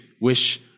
wish